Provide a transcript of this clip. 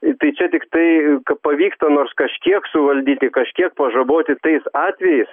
tai čia tiktai pavyksta nors kažkiek suvaldyti kažkiek pažaboti tais atvejais